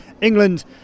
England